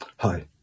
Hi